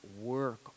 work